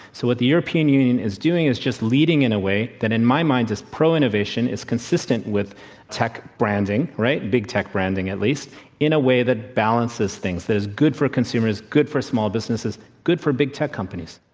so, what the european union is doing is just leading in a way that, in my mind, is pro-innovation. it's consistent with tech branding, right big tech branding, at least in a way that balances things, that is good for consumers, good for small businesses, good for big tech companies.